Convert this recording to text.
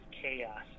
chaos